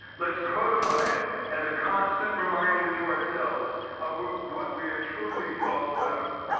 let's codify it as a constant reminder to ourselves of what we are truly all about.